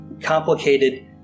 complicated